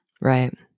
right